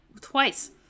twice